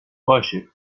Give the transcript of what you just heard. باشه